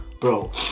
bro